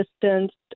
distanced